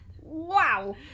Wow